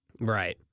Right